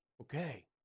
Okay